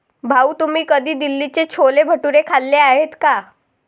भाऊ, तुम्ही कधी दिल्लीचे छोले भटुरे खाल्ले आहेत का?